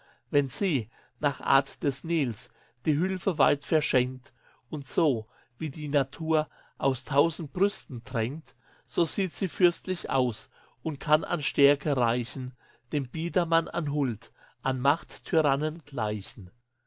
wenn sie nach art des nils die hülfe weit verschenkt und so wie die natur aus tausend brüsten tränkt so sieht sie fürstlich aus und kann an stärke reichen dem biedermann an huld an macht tyrannen gleichen